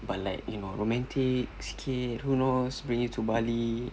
but like you know romantics sikit who knows bring you to bali